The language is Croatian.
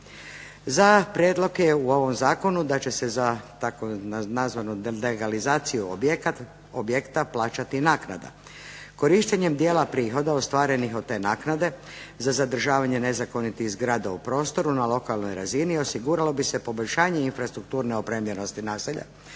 za prijedloge u ovom zakonu da će se za tako nazvanu legalizaciju objekta plaćati naknada. Korištenjem dijela prihoda ostvarenih od te naknade za zadržavanje nezakonitih zgrada u prostoru na lokalnoj razini osiguralo bi se poboljšanje infrastrukturne opremljenosti naselja